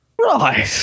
Right